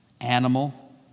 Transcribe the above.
Animal